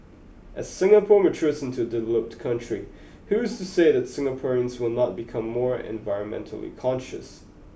as Singapore matures into a developed country who is to say that Singaporeans will not become more environmentally conscious